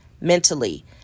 mentally